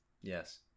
yes